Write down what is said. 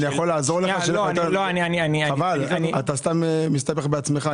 חבל, אתה מסתבך בעצמך.